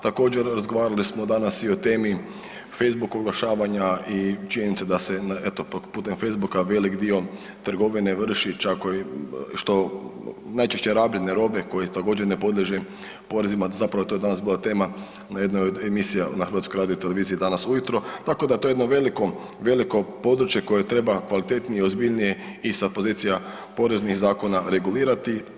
Također, razgovarali smo danas i o temi facebook oglašavanja i činjenica da se eto putem facebooka velik dio trgovine vrši čak što najčešće rabljene robe koji također ne podliježe porezima, zapravo to je danas bila tema na jednoj od emisija na HRT-u danas ujutro, tako da to je jedno veliko, veliko područje koje treba kvalitetnije i ozbiljnije i sa pozicija poreznih zakona regulirati.